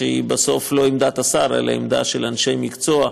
שבסוף היא לא עמדת השר אלא עמדה של אנשי מקצוע,